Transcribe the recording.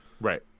Right